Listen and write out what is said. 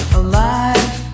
alive